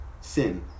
sin